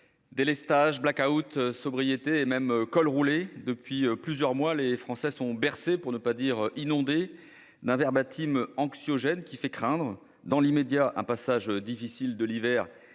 délestage, blackout, sobriété, et même col roulé : depuis plusieurs mois, les Français sont bercés, pour ne pas dire inondés, d'un verbatim anxiogène. Cela fait craindre, dans l'immédiat, un passage difficile de l'hiver